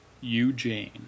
eugene